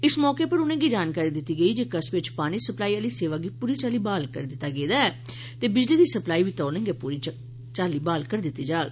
इस मौके उनें'गी जानकारी दित्ती गेई जे कस्बे च पानी सप्लाई आह्ली सेवा गी पूरी चाल्ली ब्हाल करी दित्ता गेदा ऐ ते बिजली दी सप्लाई बी तौले गै पूरी चाल्ली कन्नै ब्हाल करी दित्ती जाग